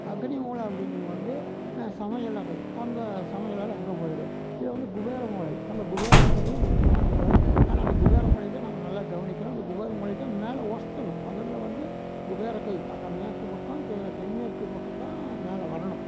அக்னி மூலை அப்டிங்கறது வந்து சமையல் அறை அந்த சமையலறை அங்கே போய்டும் இது வந்து குபேர மூலை அந்த குபேர மூலைங்கிறது முக்கியமான மூலை ஆனால் அந்த குபேர மூலையை தான் நாம்ம நல்லா கவனிக்கணும் அந்த குபேர மூலைக்கும் மேல உசத்தணும் முதல வந்து குபேர கை அந்த மேற்கு பக்கம் தென் மேற்கு பக்கம் தான் மேலே வரணும்